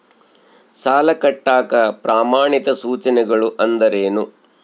ಸಾಲ ಕಟ್ಟಾಕ ಪ್ರಮಾಣಿತ ಸೂಚನೆಗಳು ಅಂದರೇನು?